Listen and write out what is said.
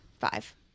Five